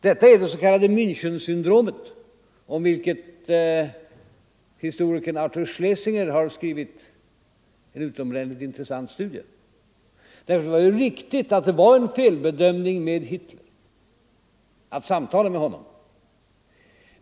Detta är det s.k. Mänchensyndromet, om vilken historikern Arthur Schlesinger skrivit en utomordentligt intressant studie. Det är riktigt att det var en felbedömning att samtala med Hitler.